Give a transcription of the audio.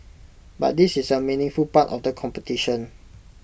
but this is A meaningful part of the competition